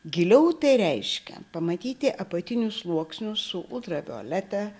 giliau tai reiškia pamatyti apatinius sluoksnius su ultra violeta